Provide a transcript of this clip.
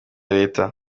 leta